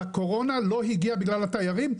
הקורונה לא הגיעה בגלל התיירים,